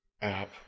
app